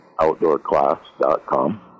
OutdoorClass.com